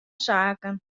saken